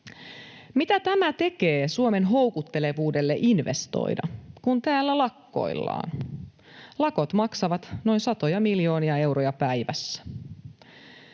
Mitä tämä tekee Suomen houkuttelevuudelle investoida, kun täällä lakkoillaan? Lakot maksavat noin satoja miljoonia euroja päivässä.